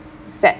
sad